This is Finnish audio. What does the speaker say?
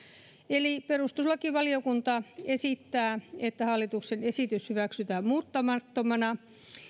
eli perustuslakivaliokunta esittää että hallituksen esitys hyväksytään muuttamattomana